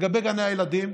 לגבי גני הילדים,